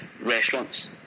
restaurants